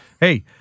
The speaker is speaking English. Hey